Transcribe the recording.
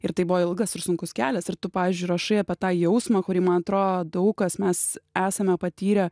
ir tai buvo ilgas ir sunkus kelias ir tu pavyzdžiui rašai apie tą jausmą kurį man atrodo daug kas mes esame patyrę